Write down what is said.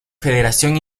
federación